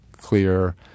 clear